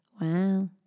Wow